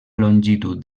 longitud